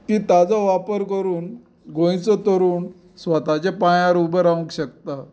की ताचो वापर करून गोंयचो तरूण स्वताच्या पांयार उबो रावंक शकता